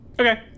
Okay